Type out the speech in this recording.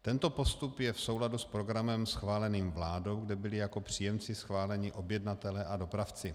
Tento postup je v souladu s programem schváleným vládou, kde byli jako příjemci schváleni objednatelé a dopravci.